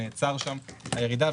נעצרה שם הירידה,